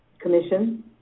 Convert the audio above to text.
commission